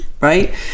right